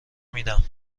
میدم